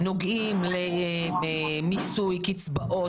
נוגעים למיסוי קצבאות,